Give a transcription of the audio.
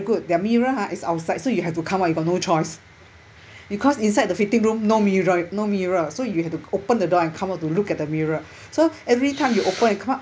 good their mirror ha is outside so you have to come out you got no choice because inside the fitting room no mirror no mirror so you have to open the door and come out to look at the mirror so every time you open and come out